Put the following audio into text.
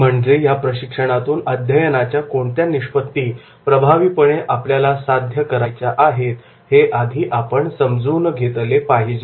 म्हणजे या प्रशिक्षणातून अध्ययनाच्या कोणत्या निष्पत्ती प्रभावीपणे आपल्याला साध्य करायच्या आहेत हे आपण आधी समजून घेतले पाहिजे